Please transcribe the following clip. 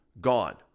Gone